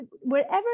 wherever